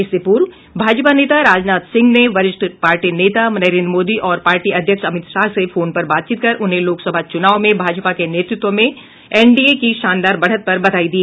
इससे पूर्व भाजपा नेता राजनाथ सिंह ने वरिष्ठ पार्टी नेता नरेन्द्र मोदी और पार्टी अध्यक्ष अमित शाह से फोन पर बातचीत कर उन्हें लोकसभा चुनाव में भाजपा के नेतृत्व में एनडीए की शानदार बढ़त पर बधाई दी